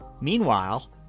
Meanwhile